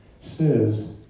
says